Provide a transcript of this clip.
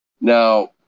Now